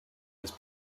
his